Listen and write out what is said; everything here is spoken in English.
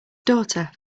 daughter